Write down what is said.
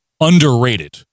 underrated